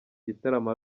gitaramo